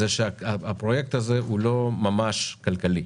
זה שהפרויקט הזה הוא לא ממש כלכלי.